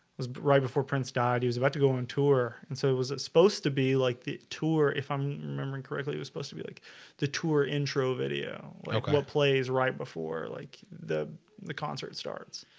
was right before prince died. he was about to go on tour and so it was supposed to be like the tour if i'm remembering correctly was supposed to be like the tour intro video plays right before like the the concert starts.